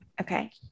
Okay